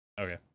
okay